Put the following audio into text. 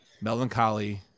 melancholy